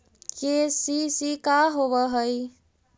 KCC का होव हइ?